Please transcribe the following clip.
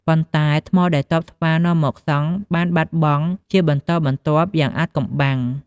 ប៉ុន្តែថ្មដែលទ័ពស្វានាំមកសង់បានបាត់បង់ជាបន្តបន្ទាប់យ៉ាងអាថ៌កំបាំង។